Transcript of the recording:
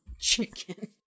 chicken